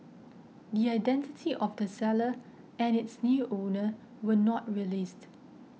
the identity of the seller and its new owner were not released